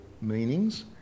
meanings